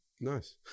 Nice